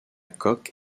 coque